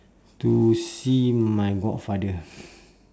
to see my godfather